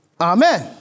amen